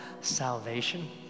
salvation